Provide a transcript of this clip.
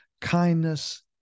kindness